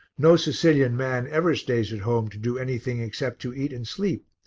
no sicilian man ever stays at home to do anything except to eat and sleep,